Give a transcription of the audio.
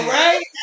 right